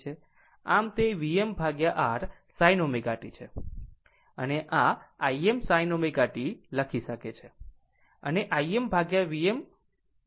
આમ તે Vm R sin ω t છે અને આ છે Im sin ω t લખી શકે છે અને Im Vm R